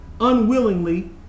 unwillingly